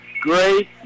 great